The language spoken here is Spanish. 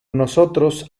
nosotros